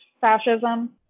fascism